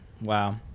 wow